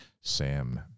Sam